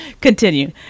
continue